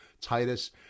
Titus